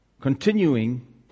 Continuing